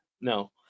No